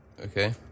okay